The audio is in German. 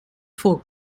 vor